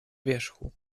wierzchu